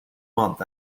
month